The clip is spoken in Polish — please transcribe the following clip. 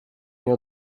nie